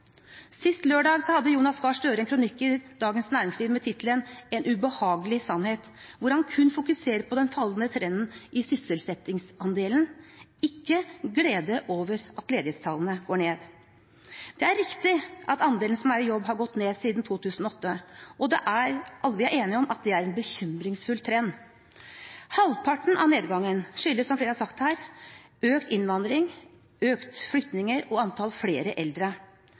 Sist lørdag hadde Jonas Gahr Støre en kronikk i Dagens Næringsliv med tittelen «En ubehagelig sannhet», hvor han kun fokuserer på den fallende trenden i sysselsettingsandelen, ikke gleden over at ledighetstallene går ned. Det er riktig at andelen som er i jobb, har gått ned siden 2008. Alle er enige om at det er en bekymringsfull trend. Halvparten av nedgangen skyldes, som flere har sagt her, økt innvandring, økt antall flyttinger og flere eldre.